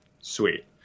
Sweet